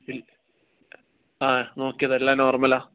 ആ നോക്കിയതാണ് എല്ലാം നോർമൽ ആണ്